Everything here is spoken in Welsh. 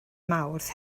mawrth